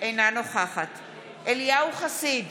אינה נוכחת אליהו חסיד,